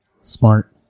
smart